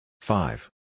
Five